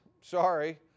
sorry